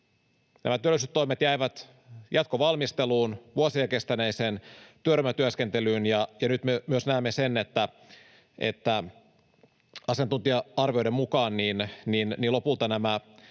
Työllisyystoimet jäivät jatkovalmisteluun vuosia kestäneeseen työryhmätyöskentelyyn, ja nyt me myös näemme sen, että asiantuntija-arvioiden mukaan lopulta nämä